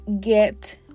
get